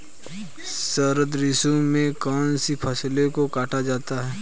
शरद ऋतु में कौन सी फसलों को काटा जाता है?